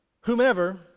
whomever